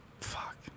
Fuck